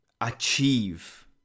achieve